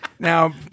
Now